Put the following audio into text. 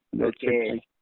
okay